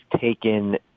taken